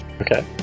okay